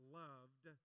loved